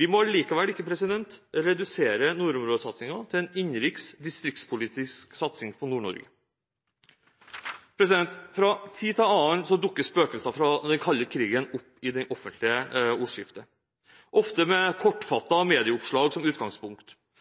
Vi må likevel ikke redusere nordområdesatsingen til en innenriks, distriktspolitisk satsing på Nord-Norge. Fra tid til annen dukker spøkelser fra den kalde krigen opp i det offentlige ordskiftet, ofte med kortfattede medieoppslag som utgangspunkt.